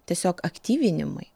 tiesiog aktyvinimui